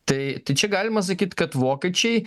tai čia galima sakyt kad vokiečiai